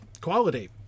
quality